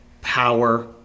power